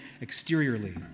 exteriorly